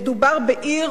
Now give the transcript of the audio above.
מדובר בעיר,